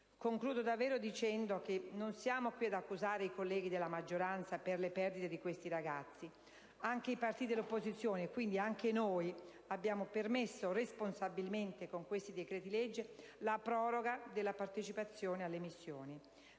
Concludo, colleghi, dicendo che non siamo qui ad accusare i colleghi della maggioranza per le perdite di questi ragazzi. Anche i partiti dell'opposizione e quindi anche noi abbiamo permesso, responsabilmente, mediante decreti-legge, la proroga della partecipazione alle missioni.